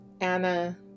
Anna